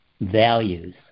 values